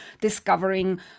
discovering